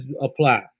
apply